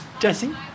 Jesse